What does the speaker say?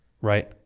Right